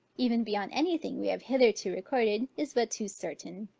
even beyond any thing we have hitherto recorded, is but too certain.